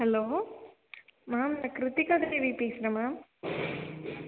hello ma'am நான் க்ரித்திகாதேவி பேசுகிறேன் ma'am